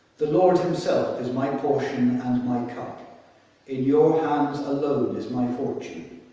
the lord himself is my portion and my cup in your hands alone is my fortune.